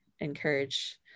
encourage